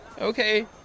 Okay